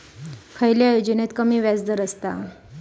खयल्या योजनेत कमी व्याजदर असता?